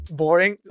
boring